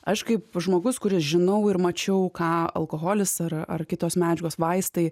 aš kaip žmogus kuris žinau ir mačiau ką alkoholis ar ar kitos medžiagos vaistai